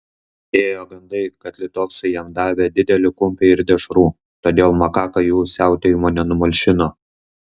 ėjo gandai kad litovcai jam davė didelį kumpį ir dešrų todėl makaka jų siautėjimo nenumalšino